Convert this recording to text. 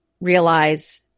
realize